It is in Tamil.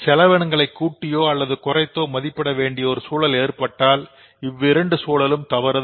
செலவினங்களை கூட்டியோ அல்லது குறைத்தோ மதிப்பிட வேண்டிய ஒரு சூழல் ஏற்பட்டால் இவ்விரண்டு சூழலும் தவறுதான்